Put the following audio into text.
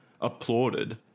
applauded